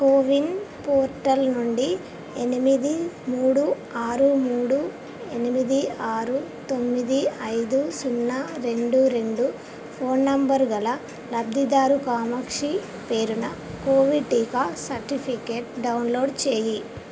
CoWIN portal నుండి ఎనిమిది మూడు ఆరు మూడు ఎనిమిది ఆరు తొమ్మిది ఐదు సున్నా రెండు రెండు ఫోన్ నంబరు గల లబ్ధిదారుడు కామాక్షిపేరున కోవిడ్ టీకా సర్టిఫికేట్ డౌన్లోడ్ చేయి